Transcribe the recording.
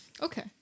Okay